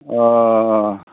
अ